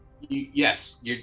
Yes